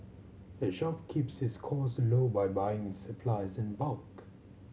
the shop keeps its cost low by buying its supplies in bulk